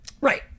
Right